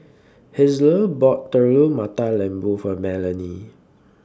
Hazle bought Telur Mata Lembu For Melany